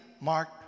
Mark